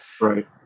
Right